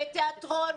תיאטרון,